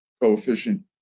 coefficient